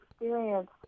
experience